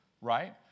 right